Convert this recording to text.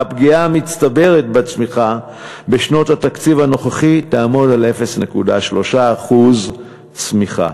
והפגיעה המצטברת בצמיחה בשנות התקציב הנוכחי תעמוד על 0.3% צמיחה.